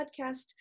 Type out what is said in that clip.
podcast